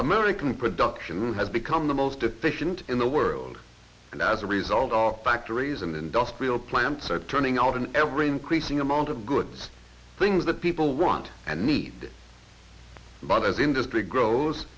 american production have become the most efficient in the world and as a result our factories and industrial plants are turning out an ever increasing amount of goods things that people want and need but as industry grows